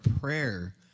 prayer